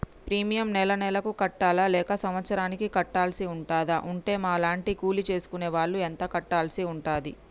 Premium నెల నెలకు కట్టాలా లేక సంవత్సరానికి కట్టాల్సి ఉంటదా? ఉంటే మా లాంటి కూలి చేసుకునే వాళ్లు ఎంత కట్టాల్సి ఉంటది?